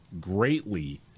greatly